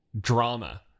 Drama